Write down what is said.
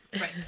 right